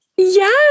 Yes